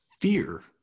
Fear